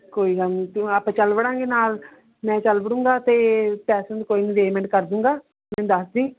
ਕੋਈ ਗੱਲ ਨਹੀਂ ਤੂੰ ਆਪਾਂ ਚੱਲ ਬੜਾਂਗੇ ਨਾਲ ਮੈਂ ਚੱਲ ਬੜੂੰਗਾ ਅਤੇ ਪੈਸੇ ਨੂੰ ਕੋਈ ਨਹੀਂ ਅਰੇਂਜ਼ਮੇਂਟ ਕਰ ਦੂੰਗਾ ਤੂੰ ਮੈਨੂੰ ਦੱਸਦੀ